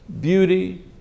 beauty